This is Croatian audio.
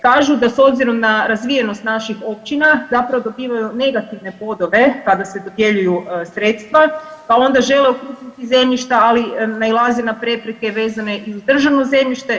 Kažu da s obzirom na razvijenost naših općina zapravo dobivaju negativne bodove kada se dodjeljuju sredstva, pa onda žele okrupniti zemljišta ali nailaze na prepreke vezane i uz državno zemljište.